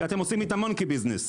כי אתם עושים איתם מונקי ביזניס.